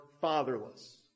fatherless